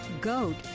goat